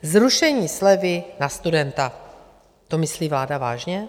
Zrušení slevy na studenta to myslí vláda vážně?